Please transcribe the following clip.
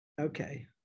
Okay